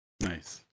nice